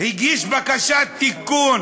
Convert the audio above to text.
הגיש בקשת תיקון,